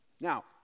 Now